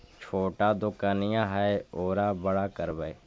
छोटा दोकनिया है ओरा बड़ा करवै?